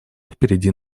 впереди